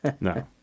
No